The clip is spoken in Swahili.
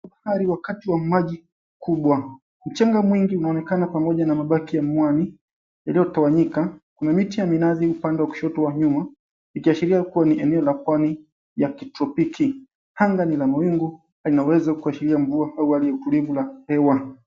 Bahari wa kati wenye maji mkubwa, mchanga wingi unaoneka pamoja na mabaki ya muani iliotsesnyika. Kuna mti wa minazi uapande wa nyuma uliotawanyika ikiashiria kua ni eneo la pwani ya kitropiki. Anga ni la mawingu na lina uwezo wa kuashiria mvua au hali ya utulivu ya hewa.